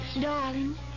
Darling